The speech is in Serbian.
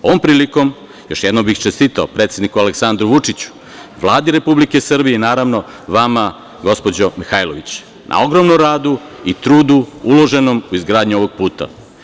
Ovom prilikom, još jednom bih čestitao predsedniku Aleksandru Vučiću, Vladi Republike Srbije i, naravno, vama gospođo Mihajlović, na ogromnom radu i trudu uloženom u izgradnju ovog puta.